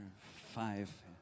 five